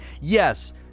Yes